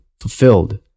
fulfilled